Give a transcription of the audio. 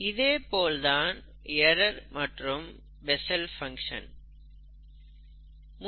இதேபோல்தான் error மற்றும் Bessel function Bessel's function